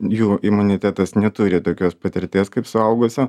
jų imunitetas neturi tokios patirties kaip suaugusio